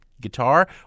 guitar